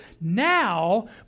now